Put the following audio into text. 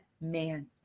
man